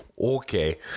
Okay